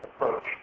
approach